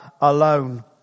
alone